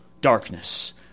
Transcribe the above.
darkness